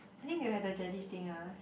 I think they will have the gellish thing ah